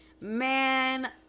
man